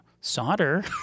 solder